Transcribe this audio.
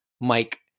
Mike